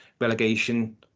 relegation